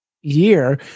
year